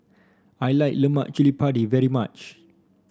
I like Lemak Cili Padi very much